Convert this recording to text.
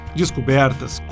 descobertas